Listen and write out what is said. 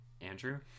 Andrew